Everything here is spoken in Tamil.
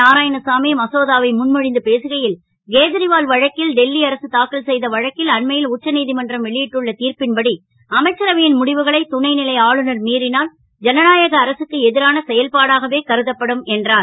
நாராயணசாமி மசோதாவை முன் மொ ந்து பேசுகை ல் கேஜரிவால் வழக்கில் டெல்லி அரசு தாக்கல் செ த வழக்கில் அண்மை ல் உச்ச நீ மன்றம் வெளி ட்டுள்ள திர்ப்பின்படி அமைச்சரவை ன் முடிவுகளை துணை லை ஆளுநர் மீறினால் ஜனநாயக அரசுக்கு எ ரான செயல்பாடாகவே கருதப்படும் என்றார்